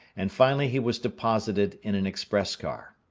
and finally he was deposited in an express car.